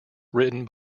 written